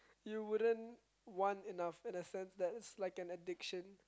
you wouldn't want enough in the sense that it's like an addiction